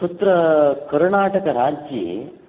तद् कर्णाटकराज्ये